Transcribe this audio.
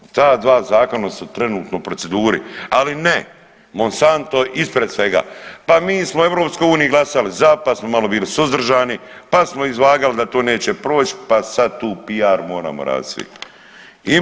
Ta dva zakona su trenutno u proceduri, ali ne Monsanto ispred svega, pa mi smo u EU glasali za, pa smo malo bili suzdržani, pa smo izvagali da to neće proć, pa sad tu piar moramo raditi svi.